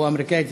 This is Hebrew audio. או אמריקאית,